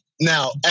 Now